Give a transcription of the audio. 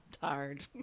tired